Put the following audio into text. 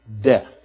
death